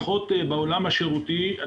פחות בעולם השירותי.